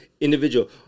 Individual